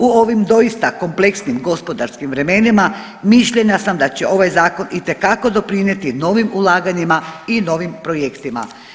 U ovim doista kompleksnim gospodarskim vremenima mišljenja sam da će ovaj zakon itekako doprinijeti novim ulaganjima i novim projektima.